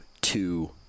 two